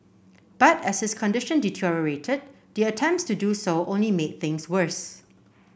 but as his condition deteriorated the attempts to do so only made things worse